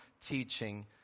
teaching